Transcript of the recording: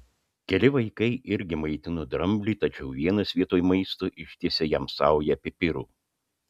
keli vaikai irgi maitino dramblį tačiau vienas vietoj maisto ištiesė jam saują pipirų